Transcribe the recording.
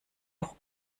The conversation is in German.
doch